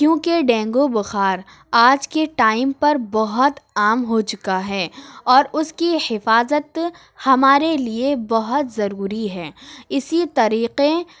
کیونکہ ڈینگو بخار آج کے ٹائم پر بہت عام ہو چکا ہے اور اس کی حفاظت ہمارے لیے بہت ضروری ہے اسی طریقے